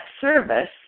service